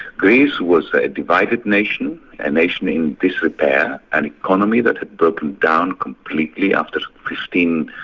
greece was a divided nation, a nation in disrepair an economy that had broken down completely after fifteen,